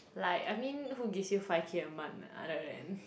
like I mean who gives you five K a month other than